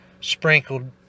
sprinkled